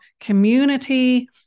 community